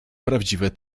prawdziwe